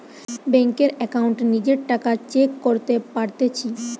বেংকের একাউন্টে নিজের টাকা চেক করতে পারতেছি